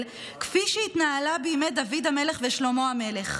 כפי שהתנהלה בימי דוד המלך ושלמה המלך.